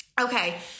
Okay